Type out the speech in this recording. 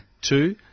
Two